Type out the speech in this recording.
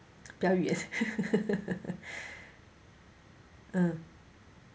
比较圆 uh